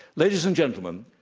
ladies and gentlemen,